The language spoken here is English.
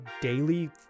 daily